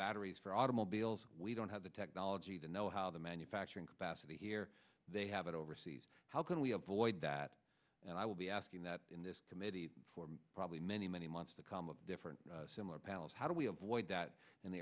batteries for automobiles we don't have the technology to know how the manufacturing capacity here they have it overseas how can we avoid that and i will be asking that in this committee for probably many many months to come up different similar panels how do we avoid that in the